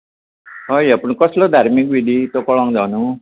हय हय पूण कसल्यो धार्मीक विधी त्यो कळूंक जाय न्हू